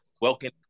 welcome